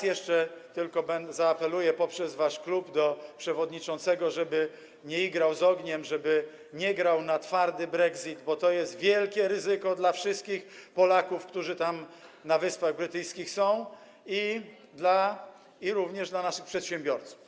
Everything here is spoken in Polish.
Jeszcze tylko raz zaapeluję, poprzez wasz klub, do przewodniczącego, żeby nie igrał z ogniem, żeby nie grał na twardy brexit, bo to jest wielkie ryzyko dla wszystkich Polaków, którzy tam, na Wyspach Brytyjskich, są, jak również dla naszych przedsiębiorców.